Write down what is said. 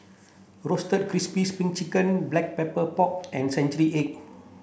roasted crispy spring chicken black pepper pork and century egg